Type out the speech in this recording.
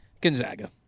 Gonzaga